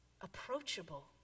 approachable